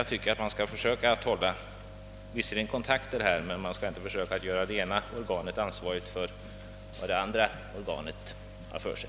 De båda organen bör visserligen hålla kontakt med varandra, men man skall inte försöka göra det ena organet ansvarigt för vad det andra organet har för sig.